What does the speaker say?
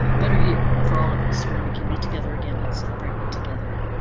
um better year for all of us when we can be together again and celebrating together.